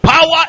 Power